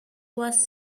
was